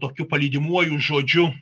tokiu palydimuoju žodžiu